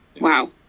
Wow